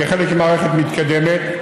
כחלק ממערכת מתקדמת.